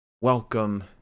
Welcome